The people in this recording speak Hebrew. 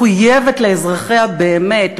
מחויבת לאזרחיה באמת,